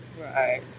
Right